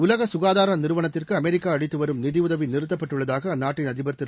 உலக சுகாதார நிறுவனத்திற்கு அமெரிக்கா அளித்துவரும் நிதியுதவி நிறுத்தப்பட்டுள்ளதாக அந்நாட்டின் அதிபா் திரு